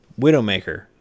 Widowmaker